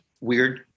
weird